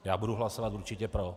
Já budu hlasovat určitě pro.